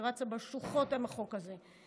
שרצה בשוחות עם החוק הזה,